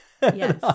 Yes